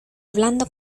hablando